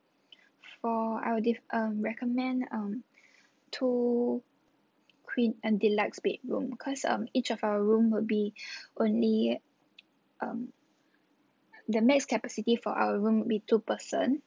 four I will give um recommend um two queen um deluxe bedroom because um each of our room will be only um the max capacity for our room would be two person